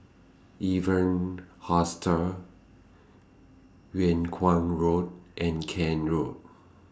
Evans Hostel Yung Kuang Road and Kent Road